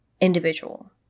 individual